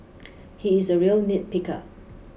he is a real nit picker